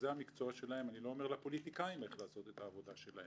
אני לא אומר לפוליטיקאים איך לעשות את עבודתם.